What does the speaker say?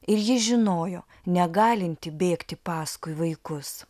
ir ji žinojo negalinti bėgti paskui vaikus